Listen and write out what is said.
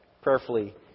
prayerfully